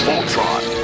Ultron